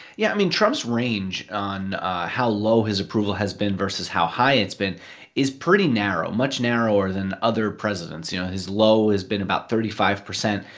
yeah. i mean, trump's range on how low his approval has been versus how high it's been is pretty narrow, much narrower than other presidents. you know, his low has been about thirty five percent,